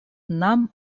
нам